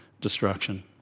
destruction